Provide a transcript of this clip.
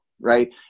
right